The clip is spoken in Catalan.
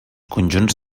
conjunts